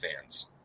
fans